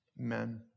Amen